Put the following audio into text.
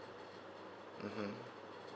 mmhmm